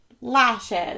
lashes